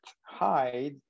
hide